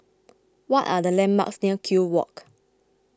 what are the landmarks near Kew Walk